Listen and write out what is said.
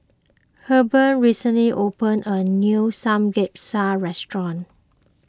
Hebert recently opened a new Samgeyopsal restaurant